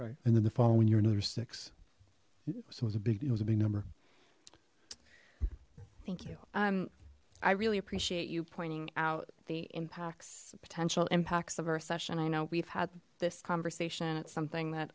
right and then the following year another six so was a big deal was a big number thank you i'm i really appreciate you pointing out the impacts potential impacts of our session i know we've had this conversation it's something that